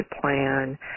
plan